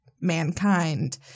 mankind